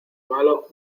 malo